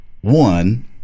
one